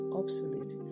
obsolete